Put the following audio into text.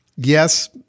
Yes